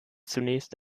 zunächst